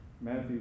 Matthew